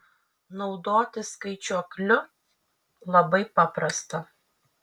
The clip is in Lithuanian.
naudotis skaičiuokliu labai paprasta